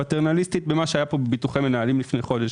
במה שהיה פה בביטוחי מנהלים לפני חודש.